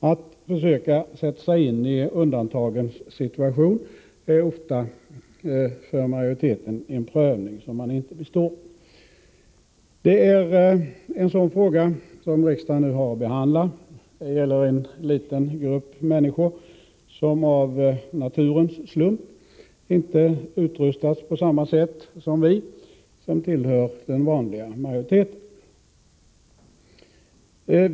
Att försöka sätta sig in i undantagens situation är för majoriteten ofta en prövning som man inte består. Det är en sådan fråga som riksdagen nu har att behandla. Det gäller en liten grupp människor som av naturens slump inte utrustats på samma sätt som vi som tillhör den vanliga majoriteten.